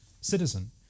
citizen